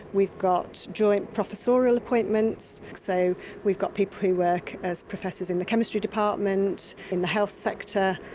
we've got joint professorial appointments. so we've got people who work as professors in the chemistry department, in the health sector,